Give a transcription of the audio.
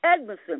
Edmondson